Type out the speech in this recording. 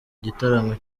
gitaramo